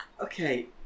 Okay